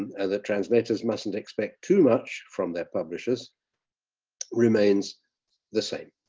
and the translators mustn't expect too much from their publishers remains the same.